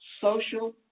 social